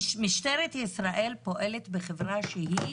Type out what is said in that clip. משטרת ישראל פועלת בחברה שהיא